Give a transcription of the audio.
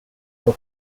four